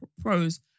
pros